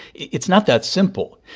it's not that simple.